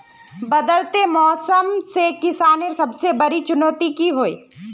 बदलते मौसम से किसानेर सबसे बड़ी चुनौती की होय?